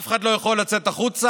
אף אחד לא יכול לצאת החוצה,